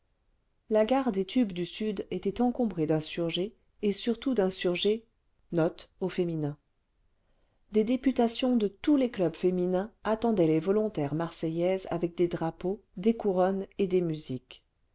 la gare des tubes du sud était encombrée d'insurgés et surtout d'insurgées des députations de tous les clubs féminins attendaient les volontaires marseillaises avec des drapeaux des couronnes et des musiqueshélène